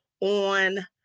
on